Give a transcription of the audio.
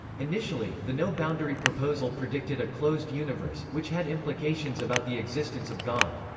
initially, the no-boundary proposal predicted a closed universe, which had implications about the existence of god.